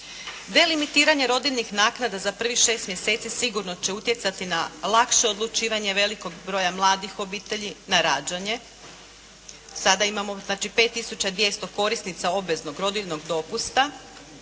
Delimitiranje rodiljnih naknada za prvih šest mjeseci sigurno će utjecati na lakše odlučivanje velikog broja mladih obitelji na rađanje. Sada imamo znači 5 tisuća 200 korisnika znači obveznog rodiljnog dopusta